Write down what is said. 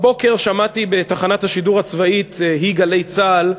הבוקר שמעתי בתחנת השידור הצבאית, היא גלי צה"ל,